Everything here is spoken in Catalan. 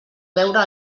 veure